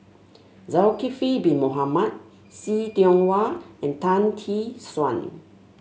Zulkifli Bin Mohamed See Tiong Wah and Tan Tee Suan